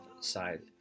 side